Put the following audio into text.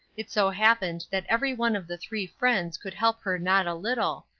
it so happened that every one of the three friends could help her not a little,